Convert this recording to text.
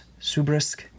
Subrisk